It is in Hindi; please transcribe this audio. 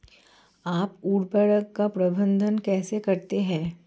आप उर्वरक का प्रबंधन कैसे करते हैं?